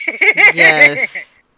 yes